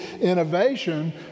innovation